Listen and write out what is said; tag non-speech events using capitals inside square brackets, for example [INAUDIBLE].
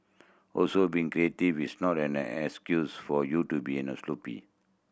also being creative is not an excuse for you to be [UNINTELLIGIBLE] sloppy